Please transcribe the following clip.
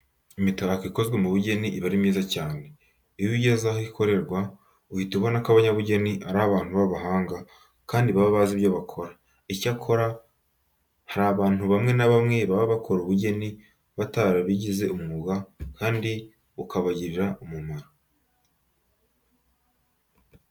Imitako ikozwe mu bugeni iba ari myiza cyane. Iyo ugeze aho ikorerwa uhita ubona ko abanyabugeni ari abantu b'abahanga, kandi baba bazi ibyo bakora. Icyakora, hari abantu bamwe na bamwe baba bakora ubugeni barabigize umwuga kandi ukabagirira umumaro.